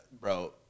Bro